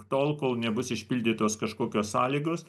tol kol nebus išpildytos kažkokios sąlygos